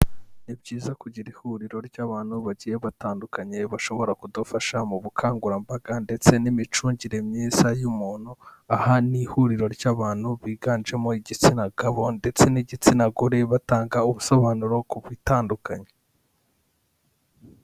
Ni byiza kugira ihuriro ry'abantu bagiye batandukanye, bashobora kudufasha mu bukangurambaga ndetse n'imicungire myiza y'umuntu, aha ni ihuriro ry'abantu biganjemo igitsina gabo ndetse n'igitsina gore, batanga ubusobanuro ku bitandukanye.